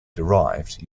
derived